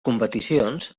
competicions